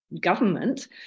government